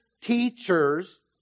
teachers